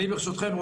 ברשותכם,